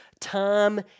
Time